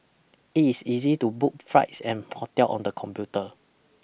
it is easy to book flights and hotels on the computer